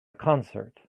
concert